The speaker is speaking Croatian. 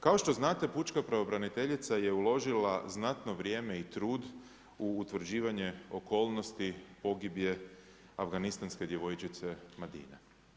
Kao što znate, pučka pravobraniteljica je uložila znatno vrijeme i trud u utvrđivanje okolnosti, pogibije, afganistanske djevojčice Madine.